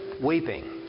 weeping